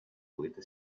poeta